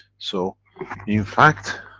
so in fact,